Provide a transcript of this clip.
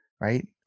right